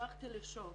המשכתי לשאוב.